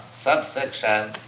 subsection